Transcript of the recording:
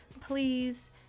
Please